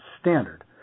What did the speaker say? standard